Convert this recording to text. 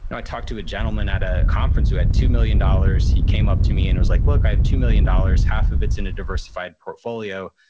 and i talked to a gentleman at a conference who had two million dollars. he came up to me and was like, look, i have two million dollars. half of it's in a diversified portfolio.